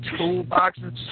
toolboxes